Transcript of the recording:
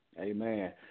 Amen